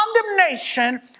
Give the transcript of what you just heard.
condemnation